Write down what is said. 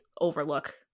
overlook